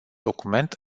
document